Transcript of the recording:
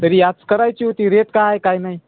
तरी आज करायची होती रेट काय आहे काय नाही